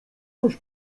coś